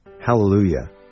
Hallelujah